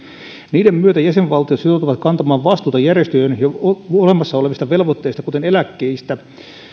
niiden myötä jäsenvaltiot sitoutuvat kantamaan vastuuta järjestöjen jo olemassa olevista velvoitteista kuten eläkkeistä